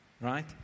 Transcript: right